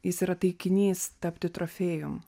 jis yra taikinys tapti trofėjum